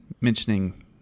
mentioning